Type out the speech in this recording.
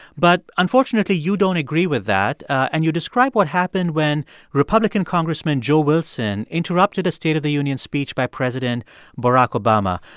but unfortunately, you don't agree with that. and you describe what happened when republican congressman joe wilson interrupted a state of the union speech by president barack obama.